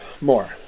more